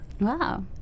Wow